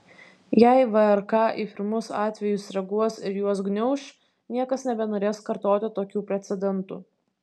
jei vrk į pirmus atvejus reaguos ir juos gniauš niekas nebenorės kartoti tokių precedentų